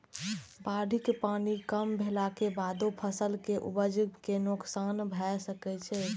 बाढ़िक पानि कम भेलाक बादो फसल के उपज कें नोकसान भए सकै छै